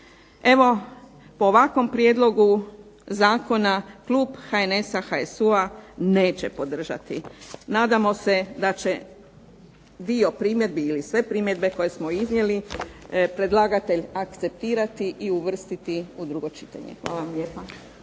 Evo po ovakvom prijedlogu zakona klub HNS-a, HSU-a neće podržati. Nadamo se da će dio primjedbi ili sve primjedbe koje smo iznijeli predlagatelj akceptirati i uvrstiti u drugo čitanje. Hvala vam lijepa.